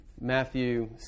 Matthew